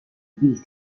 bill